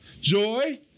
joy